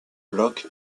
bloch